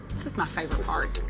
this is my favorite part.